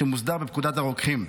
שמוסדר בפקודת הרוקחים.